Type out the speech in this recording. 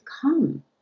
come